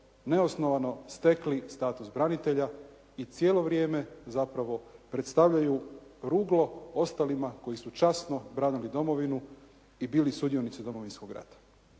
neosnovano stekli status branitelja i cijelo vrijeme zapravo predstavljaju ruglo ostalima koji su časno branili domovinu i bili sudionici Domovinskog rata.